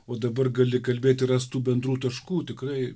o dabar gali kalbėti rastų bendrų taškų tikrai